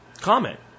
comment